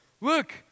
Look